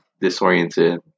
disoriented